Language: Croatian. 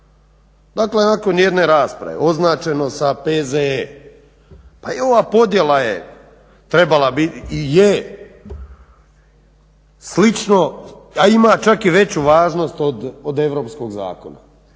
Dakle nakon jedne rasprave označeno sa PZE pa i ova podjela trebala i je slično, a ima čak i veću važnost od europskog zakona.